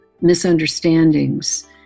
misunderstandings